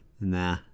nah